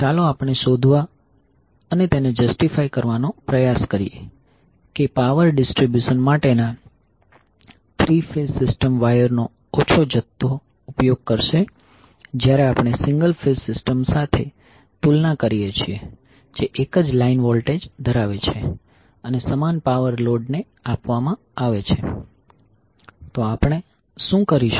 ચાલો આપણે શોધવા અને તેને જસ્ટિફાય કરવાનો પ્રયાસ કરીએ કે પાવર ડિસ્ટ્રીબ્યુશન માટેના થ્રી ફેઝ સિસ્ટમ વાયરનો ઓછો જથ્થો ઉપયોગ કરશે જ્યારે આપણે સિંગલ ફેઝ સિસ્ટમ સાથે તુલના કરીએ છીએ જે એક જ લાઇન વોલ્ટેજ ધરાવે છે અને સમાન પાવર લોડને આપવામાં આવે છે તો આપણે શું કરીશું